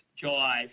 July